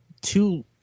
two